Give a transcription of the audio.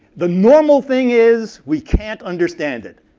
the normal thing is we can't understand it.